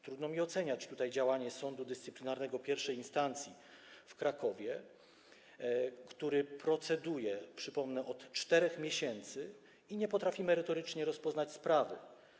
Trudno mi oceniać działanie sądu dyscyplinarnego I instancji w Krakowie, który proceduje, przypomnę, od 4 miesięcy i nie potrafi merytorycznie rozpoznać sprawy.